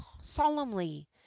solemnly